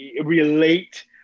relate